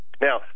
Now